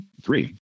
three